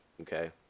Okay